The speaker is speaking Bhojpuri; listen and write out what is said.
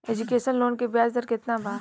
एजुकेशन लोन के ब्याज दर केतना बा?